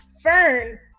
Fern